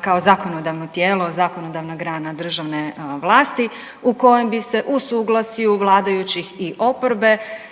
kao zakonodavno tijelo, zakonodavna grana državne vlasti, u kojem bi se u suglasju vladajućih i oporbe